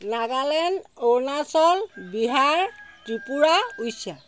Nagaland Arunachal Bihar Tripura Orissa